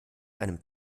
einem